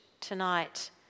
tonight